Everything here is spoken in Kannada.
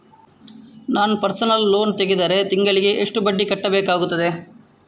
ನಾನು ಪರ್ಸನಲ್ ಲೋನ್ ತೆಗೆದರೆ ತಿಂಗಳಿಗೆ ಎಷ್ಟು ಬಡ್ಡಿ ಕಟ್ಟಬೇಕಾಗುತ್ತದೆ?